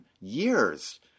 years